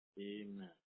Amen